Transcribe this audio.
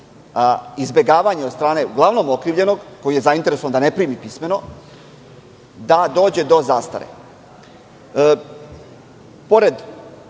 izbegavanje od strane uglavnom okrivljenog, koji je zainteresovan da ne primi pismeno, da dođe do zastare. Pored